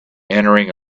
entering